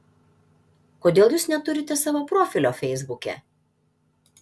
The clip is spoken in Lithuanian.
kodėl jūs neturite savo profilio feisbuke